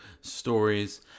stories